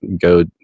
go